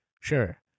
sure